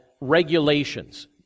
regulations